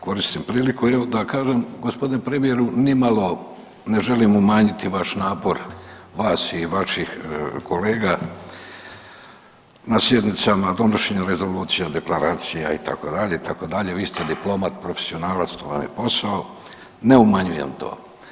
Koristim priliku jel da kažem gospodine premijeru nimalo ne želim umanjiti vaš napor vas i vaših kolega na sjednicama donošenja rezolucija i deklaracija itd., itd., vi ste diplomat, profesionalac, to vam je posao, ne umanjujem to.